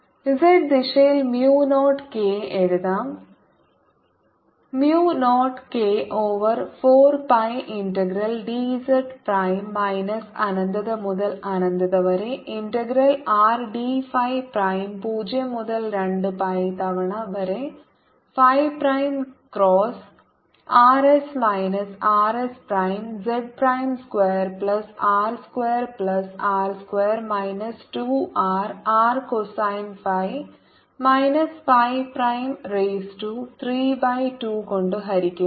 0kz 0k4π ∞dz02πRdϕϕ×rs Rsz2R2r2 2rRcosϕ 32 z ദിശയിൽ mu 0 k എഴുതാം mu 0 k over 4 pi integral dz prime minus അനന്തത മുതൽ അനന്തത വരെ integral R d phi prime 0 മുതൽ 2 pi തവണ വരെ phi prime cross r s minus R s prime z prime square plus R square plus R square minus 2 R r cosine phi minus phi prime raise to 3 by 2 കൊണ്ട് ഹരിക്കുന്നു